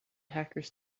hackers